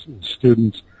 students